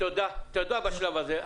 תודה בשלב הזה.